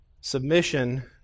submission